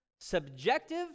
subjective